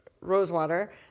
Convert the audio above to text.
Rosewater